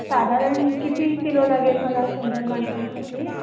साधारण किती किलो लागेल मला शंभर माणसांसाठी